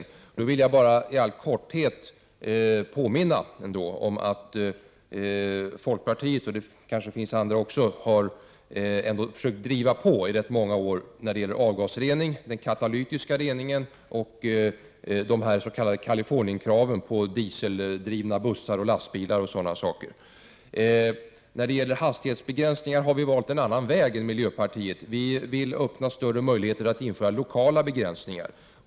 I det sammanhanget vill jag bara i all korthet påminna om att folkpartiet — det finns kanske andra också — ändå har försökt driva på i ganska många år när det gäller avgasrening, och lastbilar, m.m. När det gäller hastighetsbegränsningar har vi valt ett annat alternativ än miljöpartiet. Vi vill öppna större möjligheter för att införa lokala begräns ningar.